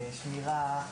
שמירה,